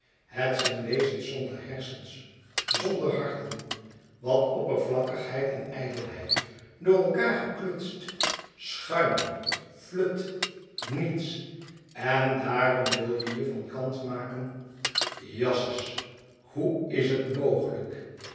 het zijn wezens zonder hersens zonder harten wat oppervlakkigheid en ijdelheid door elkaâr geklutst schuim flut niets en daarom wil je je van kant maken jasses hoe is het mogelijk